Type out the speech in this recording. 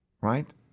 right